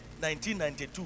1992